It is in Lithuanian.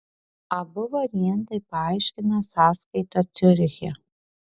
abu variantai paaiškina sąskaitą ciuriche